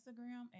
Instagram